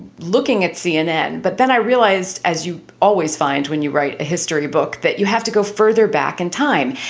looking at cnn. but then i realized, as you always find when you write a history book, that you have to go further back in time.